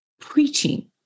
preaching